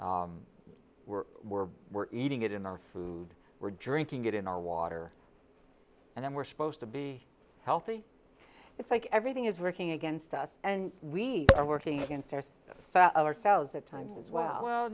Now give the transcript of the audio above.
we're we're we're eating it in our food we're drinking it in our water and we're supposed to be healthy it's like everything is working against us and we are working in fear of ourselves that time as well